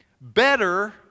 better